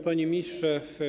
Panie Ministrze!